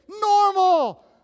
Normal